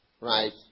right